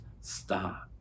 stop